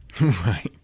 Right